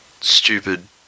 stupid